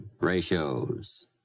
ratios